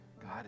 God